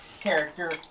character